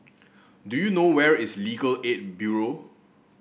do you know where is Legal Aid Bureau